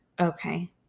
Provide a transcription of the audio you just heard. Okay